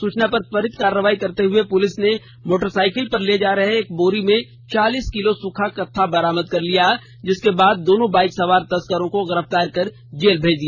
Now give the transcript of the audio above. सूचना पर त्वरित कार्रवाई करते हुए पुलिस ने मोटरसाइकिल पर ले जा रहे एक बोरी में चालीस किलो सूखा कत्था बरामद कर लिया जिसके बाद दोनों बाइक सवार तस्करों को गिरफ्तार कर जेल भेज दिया